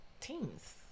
teams